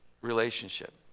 relationship